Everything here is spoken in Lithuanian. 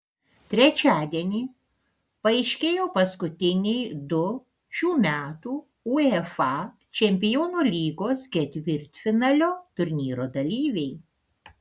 trečiadienį paaiškėjo paskutiniai du šių metų uefa čempionų lygos ketvirtfinalio turnyro dalyviai